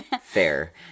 fair